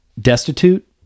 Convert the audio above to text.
destitute